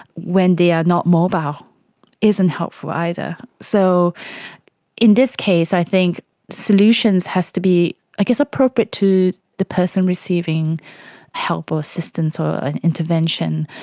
when they are not mobile isn't helpful either. so in this case i think solutions have to be i guess appropriate to the person receiving help or assistance or an intervention.